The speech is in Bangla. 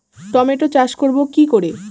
টমেটো চাষ করব কি করে?